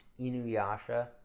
Inuyasha